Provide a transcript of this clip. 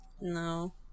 no